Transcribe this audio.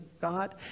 God